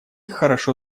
хорошо